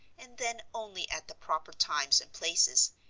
and then only at the proper times and places,